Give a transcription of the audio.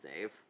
save